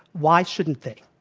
why shouldn't they?